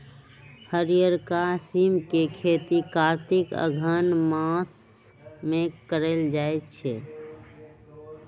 हरियरका सिम के खेती कार्तिक अगहन मास में कएल जाइ छइ